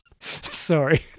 Sorry